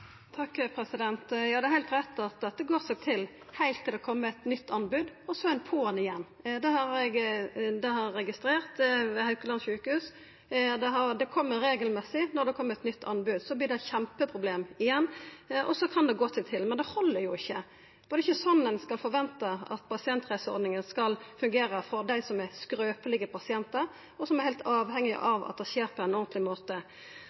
Det er heilt rett at dette går seg til, heilt til det kjem eit nytt anbod, og så er det på ‘an igjen. Det har eg registrert ved Haukeland sjukehus. Det kjem regelmessig når det kjem eit nytt anbod. Då vert det igjen eit kjempeproblem, og så kan det gå seg til. Men dette held jo ikkje. Det er ikkje slik ein kan forventa at pasientreiseordninga skal fungera for skrøpelege pasientar, som er heilt avhengige av at det skjer på ein ordentleg måte.